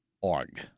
org